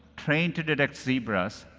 trained to detect zebras,